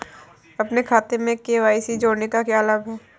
अपने खाते में के.वाई.सी जोड़ने का क्या लाभ है?